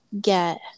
get